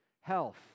health